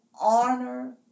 honor